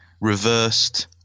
reversed